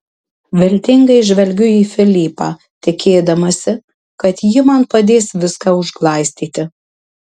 viltingai žvelgiu į filipą tikėdamasi kad ji man padės viską užglaistyti